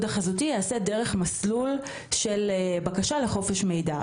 החזותי ייעשה דרך מסלול של בקשה לחופש מידע.